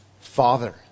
Father